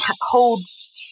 holds